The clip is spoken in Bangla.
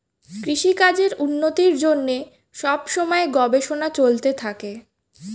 কৃষিকাজের উন্নতির জন্যে সব সময়ে গবেষণা চলতে থাকে